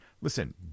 listen